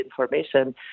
information